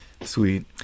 Sweet